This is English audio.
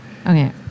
Okay